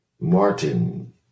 Martin